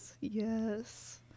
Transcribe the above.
Yes